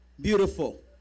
Beautiful